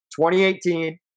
2018